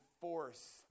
force